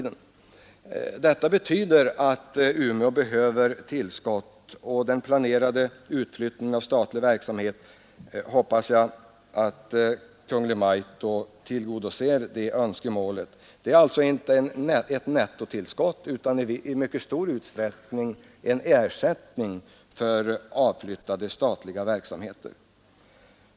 Jag hoppas därför att Kungl. Maj:t tillgodoser detta önskemål i samband med den aviserade propositionen om fortsatt utflyttning av statlig verksamhet. Det är alltså då inte fråga om ett nettotillskott utan gäller i betydande utsträckning ersättning för avflyttade statliga verksamheter.